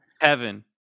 Heaven